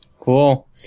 Cool